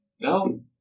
No